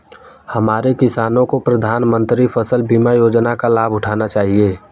हमारे किसानों को प्रधानमंत्री फसल बीमा योजना का लाभ उठाना चाहिए